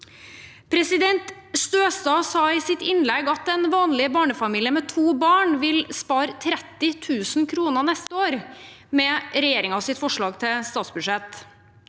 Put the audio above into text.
1223 Støstad sa i sitt innlegg at en vanlig barnefamilie med to barn vil spare 30 000 kr neste år med regjeringens forslag til statsbudsjett.